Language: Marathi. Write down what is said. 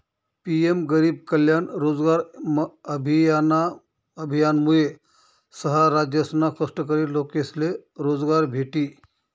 पी.एम गरीब कल्याण रोजगार अभियानमुये सहा राज्यसना कष्टकरी लोकेसले रोजगार भेटी